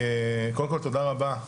קודם כל תודה רבה,